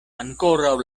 ankoraŭ